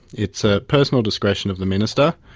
it's a personal discretion of the minister,